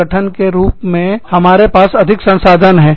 संगठन के रूप में हमारे पास अधिक संसाधन हैं